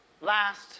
last